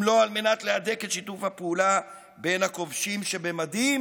לא על מנת להדק את שיתוף הפעולה בין הכובשים שבמדים